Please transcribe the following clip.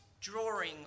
drawing